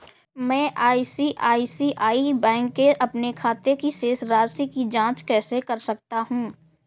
मैं आई.सी.आई.सी.आई बैंक के अपने खाते की शेष राशि की जाँच कैसे कर सकता हूँ?